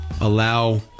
allow